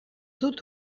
dut